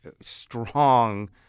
strong